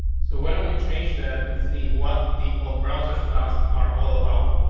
so why don't we change that and see what default browser styles are all about,